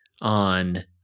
on